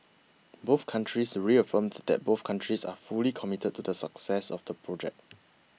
both countries reaffirmed that both countries are fully committed to the success of the project